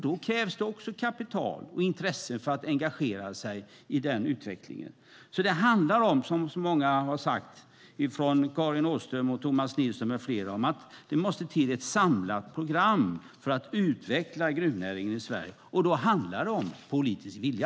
Då krävs det kapital och intressen för att engagera sig i den utvecklingen. Det handlar om, som så många har sagt - Karin Åström, Tomas Nilsson med flera - att det måste till ett samlat program för att utveckla gruvnäringen i Sverige. Då handlar det om politisk vilja.